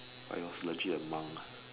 but it was legit a monk